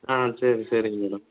ஆ சரி சரிங்க மேடம்